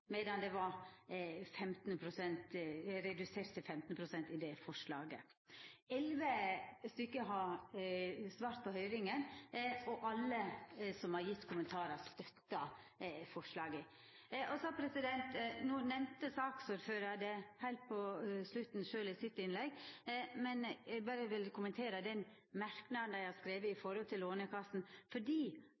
medan den var redusert til 15 pst. i forslaget. Elleve stykkar har svara på høyringa, og alle som har gjeve kommentarar, støttar forslaget. Saksordføraren nemnte det sjølv heilt på slutten av innlegget sitt, men eg vil berre kommentera den merknaden dei har skrive når det gjeld Lånekassa. Etter gjeldande rett er det unntak for behovsprøving av stipend til studentar i